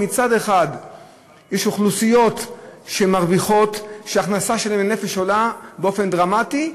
שמצד אחד יש אוכלוסיות שמרוויחות ושההכנסה שלהן לנפש עולה באופן דרמטי,